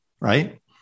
right